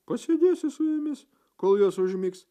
pasėdėsiu su jomis kol jos užmigs